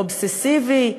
אובססיבי,